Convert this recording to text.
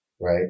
right